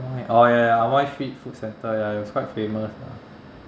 oh ya ya ya amoy street food centre ya it was quite famous lah